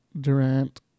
Durant